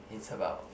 it's about